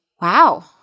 wow